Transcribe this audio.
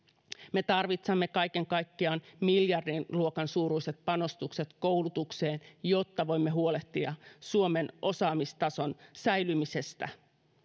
me tarvitsemme kaiken kaikkiaan miljardiluokan suuruiset panostukset koulutukseen jotta voimme huolehtia suomen osaamistason säilymisestä